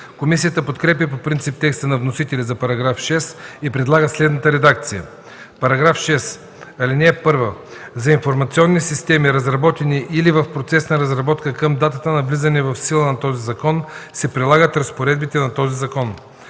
Комисията подкрепя по принцип текста на вносителя за § 6 и предлага следната редакция: „§ 6. (1) За информационни системи, разработени или в процес на разработка към датата на влизане в сила на този закон, се прилагат разпоредбите на този закон.